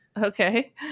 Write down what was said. Okay